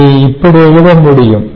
இதை இப்படி எழுத முடியும்